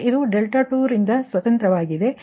ಆದ್ದರಿಂದ ಇದು 2ರಿಂದ ಸ್ವತಂತ್ರವಾಗಿದೆ